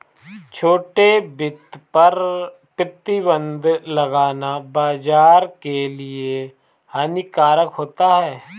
छोटे वित्त पर प्रतिबन्ध लगाना बाज़ार के लिए हानिकारक होता है